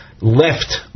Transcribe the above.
left